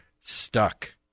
stuck